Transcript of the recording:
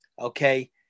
Okay